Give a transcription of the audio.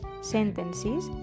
sentences